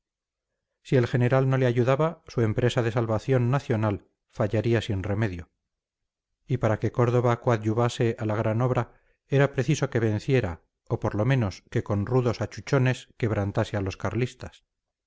si el general no le ayudaba su empresa de salvación nacional fallaría sin remedio y para que córdoba coadyuvase a la gran obra era preciso que venciera o por lo menos que con rudos achuchones quebrantase a los carlistas